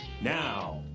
Now